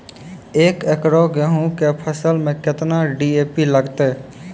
एक एकरऽ गेहूँ के फसल मे केतना डी.ए.पी लगतै?